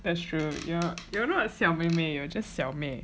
that's true yeah you're not 小妹妹 you are just 小妹